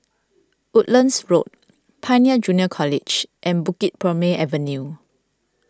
Woodlands Road Pioneer Junior College and Bukit Purmei Avenue